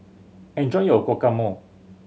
enjoy your Guacamole